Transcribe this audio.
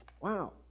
Wow